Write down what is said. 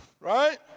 Right